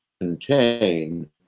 ...contain